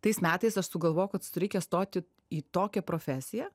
tais metais aš sugalvojau kad reikia stoti į tokią profesiją